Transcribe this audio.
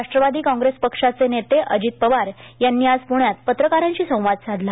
राष्ट्रवादी काँग्रेस पक्षाचे नेते अजित पवार यांनी आज प्ण्यात पत्रकारांशी संवाद साधला